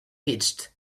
pitched